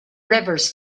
rivers